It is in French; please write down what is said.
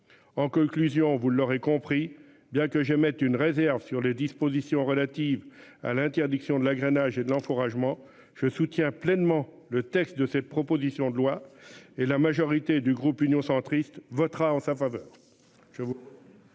En conclusion, vous l'aurez compris, bien que j'une réserve sur les dispositions relatives à l'interdiction de l'agrainage et de l'encouragement. Je soutiens pleinement le texte de cette proposition de loi et la majorité du groupe Union centriste votera en sa faveur.